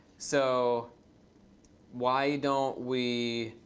so why don't we